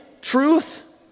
truth